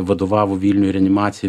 vadovavo vilniuje reanimacijai